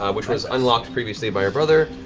ah which was unlocked previously by your brother.